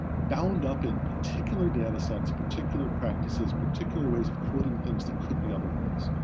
bound up in particular data sets, particular practices, particular ways of coding things that could be otherwise.